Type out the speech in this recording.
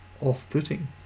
off-putting